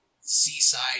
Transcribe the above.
seaside